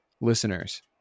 listeners